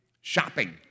shopping